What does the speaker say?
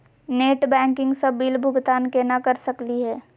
Net banking स bill भुगतान केना कर सकली हे?